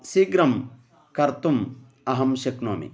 शीघ्रं कर्तुम् अहं शक्नोमि